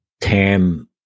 term